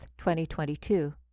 2022